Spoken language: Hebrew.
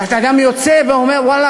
ואתה גם יוצא ואומר: ואללה,